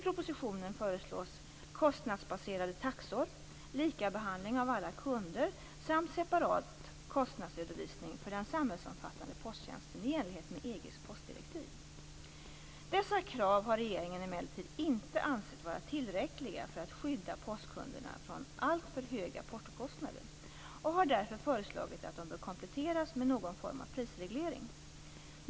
propositionen föreslås kostnadsbaserade taxor, lika behandling av alla kunder samt separat kostnadsredovisning för den samhällsomfattande posttjänsten i enlighet med EG:s postdirektiv. Dessa krav har regeringen emellertid inte ansett vara tillräckliga för att skydda postkunderna från alltför höga portokostnader och har därför föreslagit att de bör kompletteras med någon form av prisreglering.